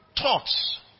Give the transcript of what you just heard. thoughts